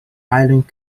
island